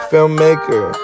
Filmmaker